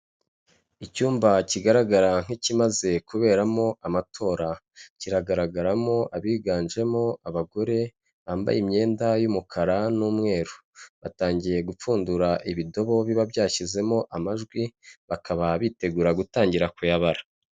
Icyumba kigaragara nk'ikimaze kuberamo amatora, kiragaragaramo abiganjemo abagore, bambaye imyenda y'umukara n'umweru, batangiye gupfundura ibidobo biba byashyizemo amajwi, bakaba bitegura gutangira kuyabara.